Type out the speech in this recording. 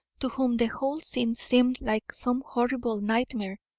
to whom the whole scene seemed like some horrible nightmare,